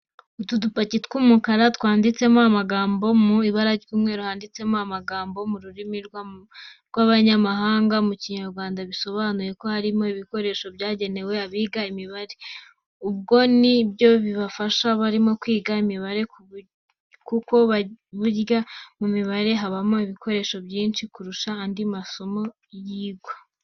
Utu dupaki tw'umukara twanditseho amagambo mu ibara ry'umweru, handitseho amagambo mu rurimi rw'abanyamahanga, mu Kinyarwanda bisobanuye ko harimo ibikoresho byagenewe abiga imibare. Ubwo ni byo bifashisha barimo kwiga imibare kuko burya mu mibare habamo ibikoresho byinshi kurusha andi masomo yigwa yose.